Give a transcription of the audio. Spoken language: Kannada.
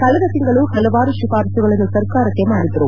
ಕಳೆದ ತಿಂಗಳು ಹಲವಾರು ಶಿಫಾರಸ್ಸುಗಳನ್ನು ಸರ್ಕಾರಕ್ಕೆ ಮಾಡಿದ್ದರು